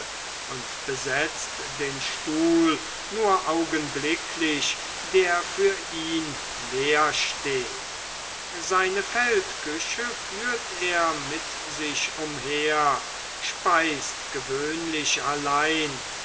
und besetzt den stuhl nur augenblicklich der für ihn leer steht seine feldküche führt er mit sich umher speist gewöhnlich allein